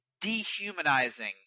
dehumanizing